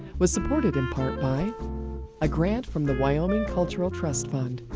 was supported in part by a grant from the wyoming cultural trust fund,